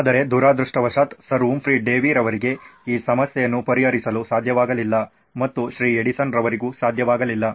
ಆದರೆ ದುರದೃಷ್ಟವಶಾತ್ sir Humphry Davy ರವರಿಗೆ ಈ ಸಮಸ್ಯೆಯನ್ನು ಪರಿಹರಿಸಲು ಸಾಧ್ಯವಾಗಲಿಲ್ಲ ಮತ್ತು ಶ್ರೀ ಎಡಿಸನ್ ರವರಿಗೂ ಸಾಧ್ಯವಾಗಲಿಲ್ಲ